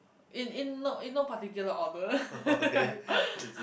in in no in no particular order